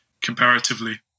comparatively